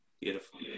Beautiful